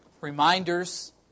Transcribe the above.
Reminders